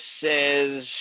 says